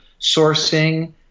sourcing